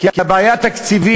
הייתה הבעיה התקציבית,